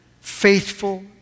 faithful